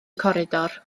coridor